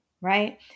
Right